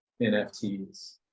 NFTs